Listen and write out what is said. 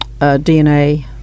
DNA